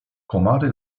komary